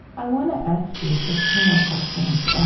i want to ask you just two more questions.